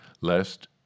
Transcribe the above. lest